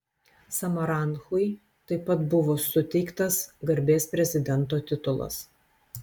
samaranchui taip pat buvo suteiktas garbės prezidento titulas